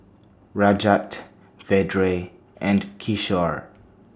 Rajat Vedre and Kishore